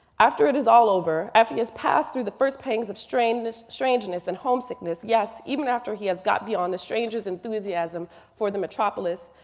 after it is all over, after he has passed through the first pangs of strangeness strangeness and homesickness, yes, even after he has got beyond the stranger's enthusiasm for the metropolis,